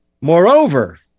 Moreover